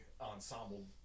ensemble